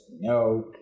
No